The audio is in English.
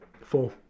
Four